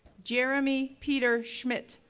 jeremy peter schmidt,